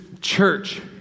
church